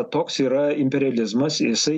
toks yra imperializmas jisai